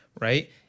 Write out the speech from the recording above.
right